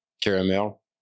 caramel